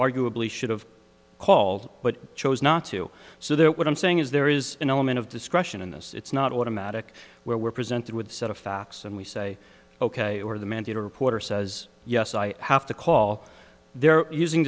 arguably should have called but chose not to so that what i'm saying is there is an element of discretion in this it's not automatic where we're presented with a set of facts and we say ok or the mandated reporter says yes i have to call they're using